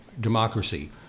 democracy